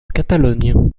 catalogne